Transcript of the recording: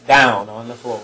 down on the floor